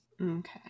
Okay